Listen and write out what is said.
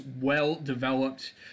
well-developed